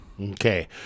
Okay